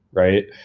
right?